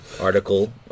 article